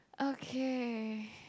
okay